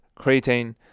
creatine